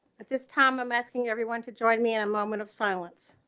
but this time i'm asking everyone to join me in a moment of silence